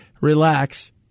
Relax